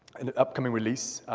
an upcoming release,